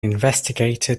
investigated